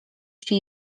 się